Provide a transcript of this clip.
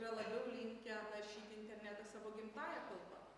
yra labiau linkę naršyti internetą savo gimtąja kalba